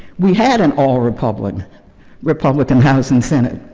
we had an all republican republican house and senate,